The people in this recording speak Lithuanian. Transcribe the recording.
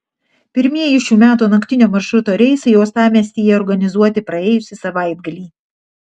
pirmieji šių metų naktinio maršruto reisai uostamiestyje organizuoti praėjusį savaitgalį